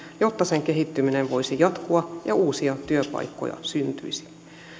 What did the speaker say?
jotta sen kehittyminen voisi jatkua ja uusia työpaikkoja syntyisi